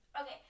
Okay